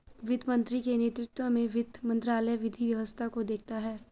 वित्त मंत्री के नेतृत्व में वित्त मंत्रालय विधि व्यवस्था को देखता है